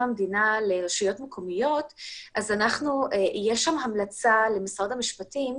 המדינה לרשויות מקומיות אז יש שם המלצה למשרד המשפטים,